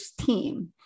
team